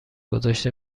گذاشته